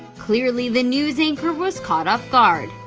clearly the news anchor was caught off guard.